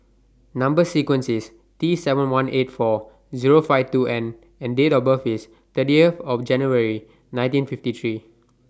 Number sequence IS T seven one eight four Zero five two N and Date of birth IS thirtieth of January nineteen fifty three